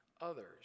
others